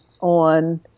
on